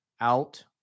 out